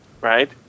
right